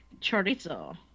chorizo